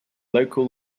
local